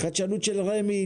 של רמ"י.